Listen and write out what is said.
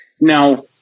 Now